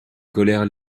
colères